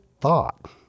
thought